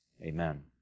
Amen